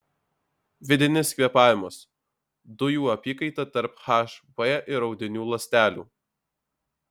vidinis kvėpavimas dujų apykaita tarp hb ir audinių ląstelių